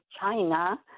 China